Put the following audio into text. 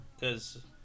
cause